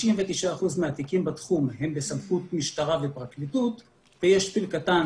99% מהתיקים בתחום הם בסמכות משטרה ומשרד החקלאות ויש שפיל קטן